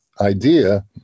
idea